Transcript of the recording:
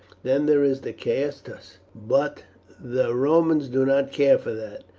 then there is the caestus, but the romans do not care for that,